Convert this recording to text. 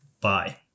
Bye